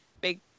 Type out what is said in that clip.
big